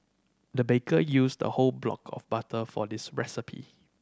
the baker used a whole block of butter for this recipe